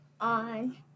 on